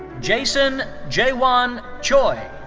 jason jaewon choi.